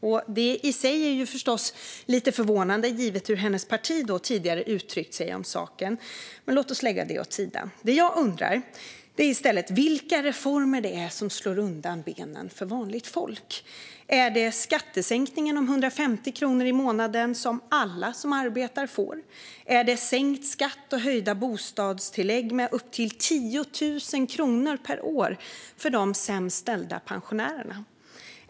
Det är i sig förstås lite förvånande givet hur hennes parti tidigare uttryckt sig om saken, men låt oss lägga det åt sidan. Det jag undrar är i stället vilka reformer det är som slår undan benen för vanligt folk. Är det skattesänkningen om 150 kronor i månaden som alla som arbetar får? Är det sänkt skatt och höjda bostadstillägg med upp till 10 000 kronor per år för de sämst ställda pensionärerna?